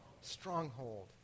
stronghold